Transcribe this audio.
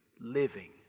living